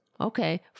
okay